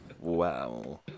Wow